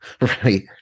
Right